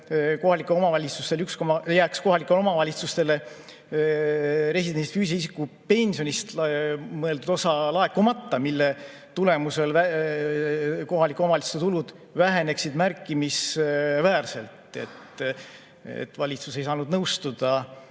et antud eelnõu puhul jääks kohalikele omavalitsustele residendist füüsilise isiku pensionist mõeldud osa laekumata, mille tulemusel kohalike omavalitsuste tulud väheneksid märkimisväärselt. Valitsus ei saanud nõustuda